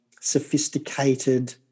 sophisticated